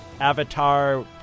Avatar